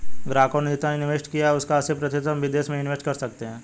ग्राहकों ने जितना इंवेस्ट किया है उसका अस्सी प्रतिशत हम विदेश में इंवेस्ट कर सकते हैं